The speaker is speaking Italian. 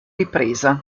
ripresa